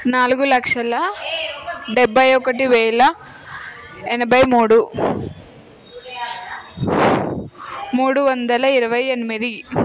నాలుగు లక్షల డెబ్భై ఒకటి వేల ఎనభై మూడు మూడు వందల ఇరవై ఎనిమిది